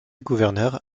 gouverneur